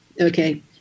okay